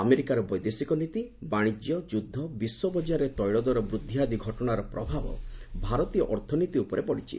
ଆମେରିକାର ବୈଦେଶିକ ନୀତି ବାଶିଜ୍ୟ ଯୁଦ୍ଧ ବିଶ୍ୱ ବଜାରରେ ତୈଳଦର ବୃଦ୍ଧି ଆଦି ଘଟଣାର ପ୍ରଭାବ ଭାରତୀୟ ଅର୍ଥନୀତି ଉପରେ ପଡିଛି